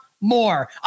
More